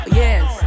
yes